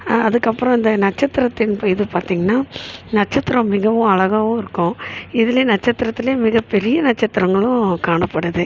அதுக்கு அப்புறம் இந்த நட்சத்திரத்தின் இது பார்த்திங்கன்னா நட்சத்திரம் மிகவும் அழகாவும் இருக்கும் இதுலேயே நட்சத்திரத்துலேயே மிகப்பெரிய நட்சத்திரங்களும் காணப்படுது